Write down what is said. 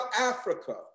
Africa